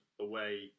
away